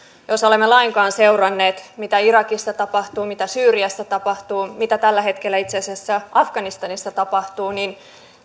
jos olemme lainkaan seuranneet mitä irakissa tapahtuu mitä syyriassa tapahtuu mitä tällä hetkellä itse asiassa afganistanissa tapahtuu niin